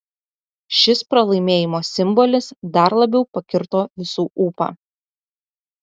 šis pralaimėjimo simbolis dar labiau pakirto visų ūpą